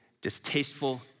distasteful